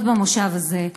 עוד במושב הזה,